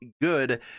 good